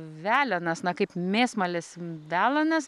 velenas na kaip mėsmalės velenas